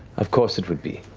of course it would be.